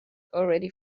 already